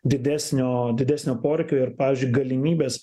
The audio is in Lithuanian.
didesnio didesnio poreikio ir pavyzdžiui galimybės